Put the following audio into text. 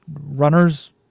runners